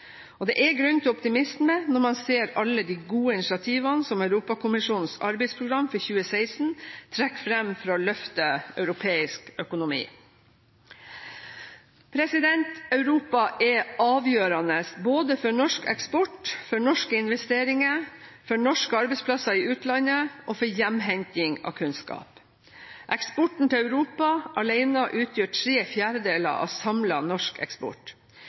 Og det er grunn til optimisme når man ser alle de gode initiativene som Europakommisjonens arbeidsprogram for 2016 trekker fram for å løfte europeisk økonomi. Europa er avgjørende både for norsk eksport, for norske investeringer, for norske arbeidsplasser i utlandet og for hjemhenting av kunnskap. Eksporten til Europa alene utgjør tre fjerdedeler av samlet norsk eksport.